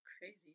crazy